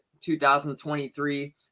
2023